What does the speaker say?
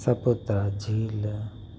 सपुतरा झील